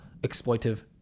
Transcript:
exploitive